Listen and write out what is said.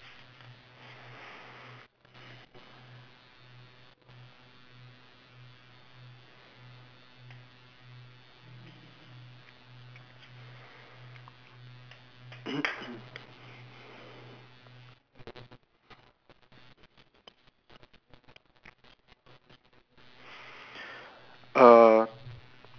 uh